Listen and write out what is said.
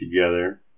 together